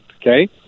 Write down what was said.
okay